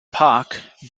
park